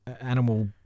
animal